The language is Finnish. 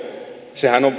on